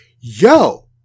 yo